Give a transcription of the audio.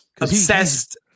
obsessed